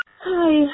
Hi